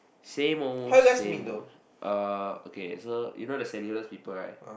same old same old uh okay so you know the Saint-Hilda's people right